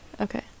Okay